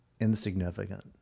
insignificant